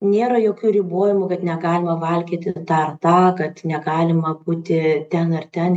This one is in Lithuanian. nėra jokių ribojimų kad negalima valgyti tą ar tą kad negalima būti ten ar ten